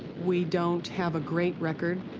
we don't have a great record